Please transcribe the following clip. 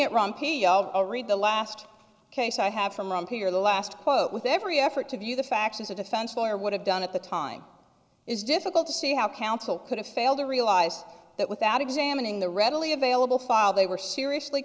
a read the last case i have from around here the last quote with every effort to view the facts as a defense lawyer would have done at the time is difficult to see how counsel could have failed to realize that without examining the readily available file they were seriously